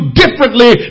differently